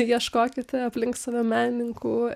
ieškokite aplink save menininkų